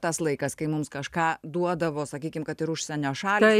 tas laikas kai mums kažką duodavo sakykime kad ir užsienio šalį